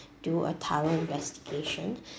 do a thorough investigation